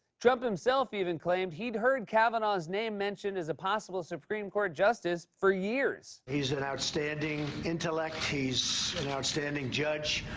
trump himself even claimed he'd heard kavanaugh's name mentioned as a possible supreme court justice for years. he's an outstanding intellect. he's an outstanding judge.